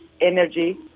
energy